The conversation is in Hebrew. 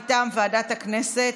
מטעם ועדת הכנסת,